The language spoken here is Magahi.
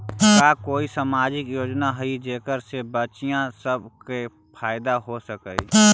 का कोई सामाजिक योजना हई जेकरा से बच्चियाँ सब के फायदा हो सक हई?